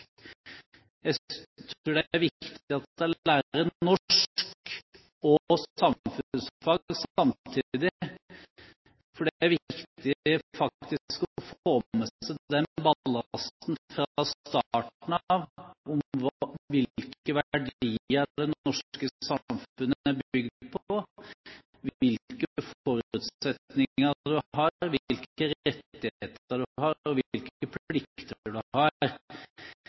Jeg tror at det er viktig at de lærer norsk og samfunnsfag samtidig, for det er viktig fra starten av å få med seg den ballasten om hvilke verdier det norske samfunnet er bygd på, hvilke forutsetninger du har, hvilke rettigheter du har og hvilke plikter du har.